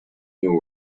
new